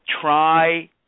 try